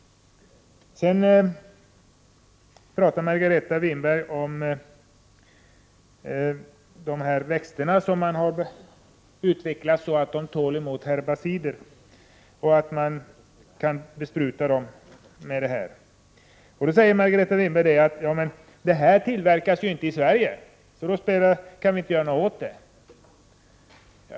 Sedan talade Margareta Winberg om de växter som man utvecklat så att de tål herbicider och således kan besprutas med sådana bekämpningsmedel. De medlen tillverkas ju inte i Sverige, sade Margareta Winberg, och då kan vi inte göra något åt det hela.